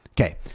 Okay